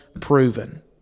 proven